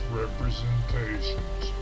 representations